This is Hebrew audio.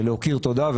להוקיר תודה,